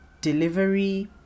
delivery